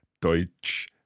Deutsch